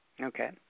Okay